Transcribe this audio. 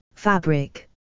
Fabric